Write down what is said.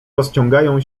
rozciągają